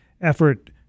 effort